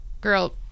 girl